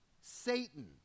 Satan